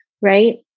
right